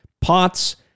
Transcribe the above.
POTS